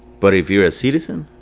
but if you're a citizen,